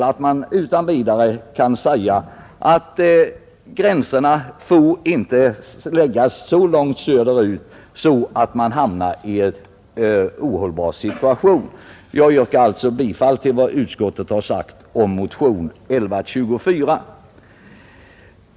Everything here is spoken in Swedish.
Man kan därför utan vidare säga att gränserna inte får förläggas så långt söderut att man hamnar i en ohållbar situation. Jag yrkar därför bifall till vad utskottet hemställt beträffande motionen 1124.